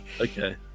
okay